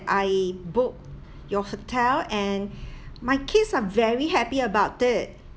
I booked your hotel and my kids are very happy about it